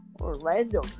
Orlando